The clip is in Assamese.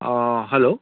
অঁ হেল্ল'